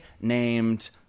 named